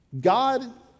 God